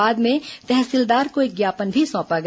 बाद में तहसीलदार को एक ज्ञापन भी सौंपा गया